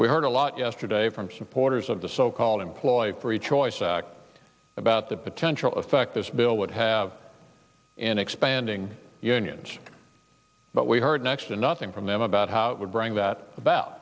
we heard a lot yesterday from supporters of the so called employee free choice act about the potential effect this bill would have in expanding unions but we heard next to nothing from them about how it would bring that about